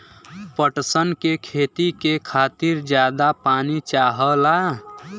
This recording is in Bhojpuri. पटसन के खेती के खातिर जादा पानी चाहला